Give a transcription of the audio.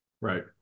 Right